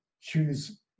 choose